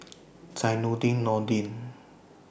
Zainudin Nordin